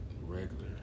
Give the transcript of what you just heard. regular